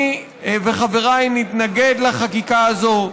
אני וחבריי נתנגד לחקיקה הזו.